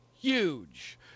Huge